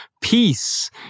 Peace